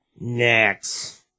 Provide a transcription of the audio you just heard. Next